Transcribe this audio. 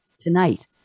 Tonight